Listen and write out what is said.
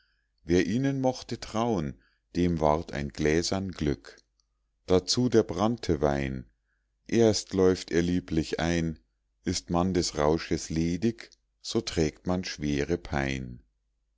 wer ihnen mochte trauen dem ward ein gläsern glück dazu der branntewein erst läuft er lieblich ein ist man des rausches ledig so trägt man schwere pein